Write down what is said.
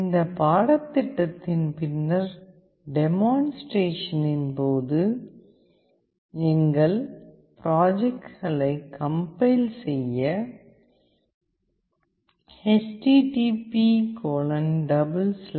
இந்த பாடத்திட்டத்தின் பின்னர் டெமான்ஸ்டிரேஷனின் போது எங்கள் பிராஜக்ட்களை கம்பைல் செய்ய httpdeveloper